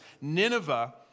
Nineveh